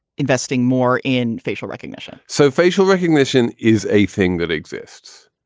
investing more in facial recognition so facial recognition is a thing that exists.